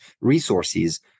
resources